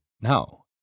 no